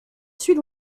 sud